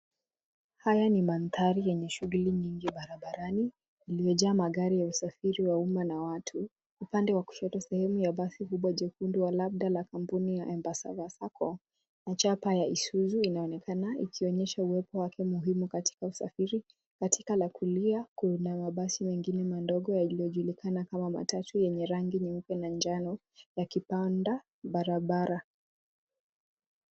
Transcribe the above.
Haya ni mandhari yenye shughuli nyingi barabarani. Imejaa magari ya usafiri wa umma na watu. Upande wa kushoto sehemu ya basi kubwa jeupe labda ya kampuni ya Embassava Sacco , na chapa ya Isuzu inaonekana ikionyesha uwepo wake muhimu katika usafiri. Katika la kulia kuna mabasi mengine madogo yaliojulikana kama matatu yenye rangi nyeupe na njano yakipanda barabara.